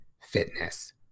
fitness